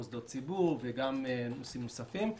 מוסדות ציבור וגם לנושאים נוספים.